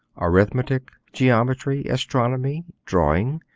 arithmetic, geometry, astronomy, drawing,